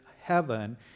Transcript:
heaven